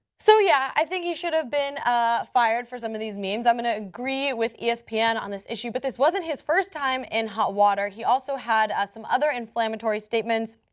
so, yeah, i think he should have been ah fired for some of these memes. i'm gonna agree with espn on this issue, but this wasn't his first time in hot water. he also had ah some other inflammatory statements.